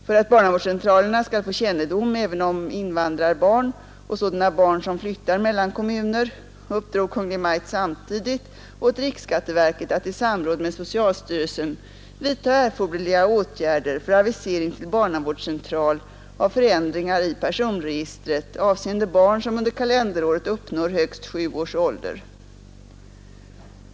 För att barnavårdscentralerna skall få kännedom även om invandrarbarn och sådana barn som flyttar mellan kommuner uppdrog Kungl. Maj:t samtidigt åt riksskatteverket att i samråd med socialstyrelsen vidta erforderliga åtgärder för avisering till barnavårdscentral av förändringar i personregistret avseende barn som under kalenderåret uppnår högst sju års ålder.